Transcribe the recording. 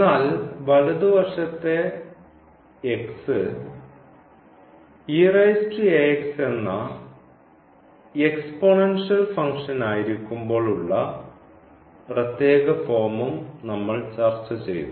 എന്നാൽ വലതുവശത്തെ എന്ന എക്സ്പോണൻഷ്യൽ ഫംഗ്ഷനായിരിക്കുമ്പോൾ ഉള്ള പ്രത്യേക ഫോമും നമ്മൾ ചർച്ചചെയ്തു